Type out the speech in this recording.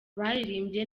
baririmbye